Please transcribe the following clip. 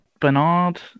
Bernard